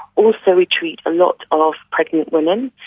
also we treat a lot of pregnant women,